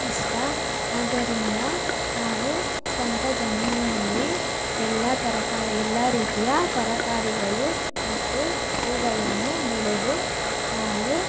ಇಷ್ಟ ಆದ್ದರಿಂದ ನಾವು ಸ್ವಂತ ಜಮೀನಿನಲ್ಲಿ ಎಲ್ಲಾ ತರಕಾರಿ ಎಲ್ಲಾ ರೀತಿಯ ತರಕಾರಿಗಳು ಮತ್ತು ಹೂವುಗಳನ್ನು ಬೆಳೆದು ನಾವು